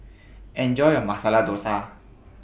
Enjoy your Masala Dosa